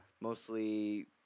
mostly